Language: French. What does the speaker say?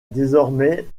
désormais